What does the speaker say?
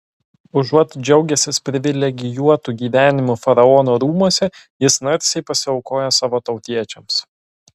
užuot džiaugęsis privilegijuotu gyvenimu faraono rūmuose jis narsiai pasiaukoja savo tautiečiams